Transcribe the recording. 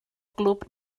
glwb